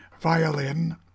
violin